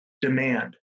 demand